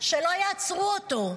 שלא יעצרו אותו,